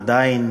עדיין,